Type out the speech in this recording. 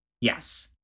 Yes